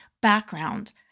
background